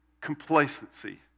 complacency